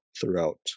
throughout